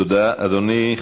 תודה, אדוני.